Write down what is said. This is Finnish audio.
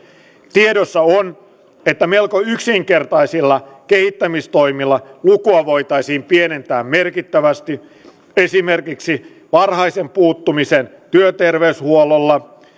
tiedossa on että melko yksinkertaisilla kehittämistoimilla lukua voitaisiin pienentää merkittävästi esimerkiksi varhaisen puuttumisen työterveyshuollolla